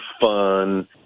fun